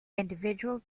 individual